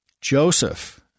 Joseph